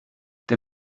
der